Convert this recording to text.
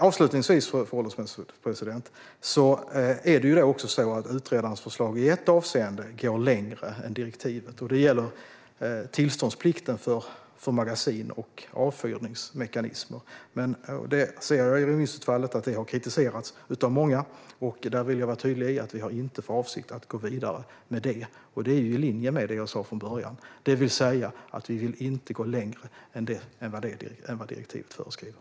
Avslutningsvis, fru ålderspresident, är det så att utredarens förslag i ett avseende går längre än direktivet. Det gäller tillståndsplikten för magasin och avfyrningsmekanismer. Men jag ser i remissutfallet att detta har kritiserats av många, och jag vill vara tydlig med att vi inte har för avsikt att gå vidare med detta. Det är i linje med vad jag sa från början: Vi vill inte gå längre än vad direktivet föreskriver.